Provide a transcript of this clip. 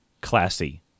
classy